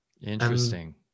Interesting